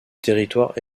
territoire